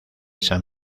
san